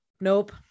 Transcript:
Nope